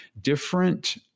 different